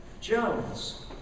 Jones